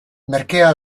merkea